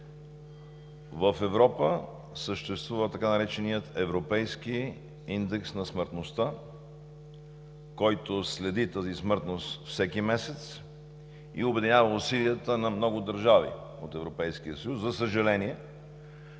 в Европа съществува така нареченият европейски индекс на смъртността, който следи тази смъртност всеки месец и обединява усилията на много държави от Европейския съюз. За съжаление,